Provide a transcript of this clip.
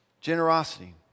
Generosity